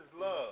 love